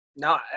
No